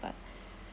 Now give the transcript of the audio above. but